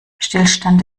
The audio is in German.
stillstand